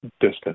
distance